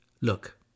Look